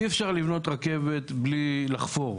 אי אפשר לבנות רכבת בלי לחפור.